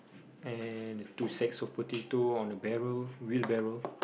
and the two sacks of potato on the barrel wheel barrel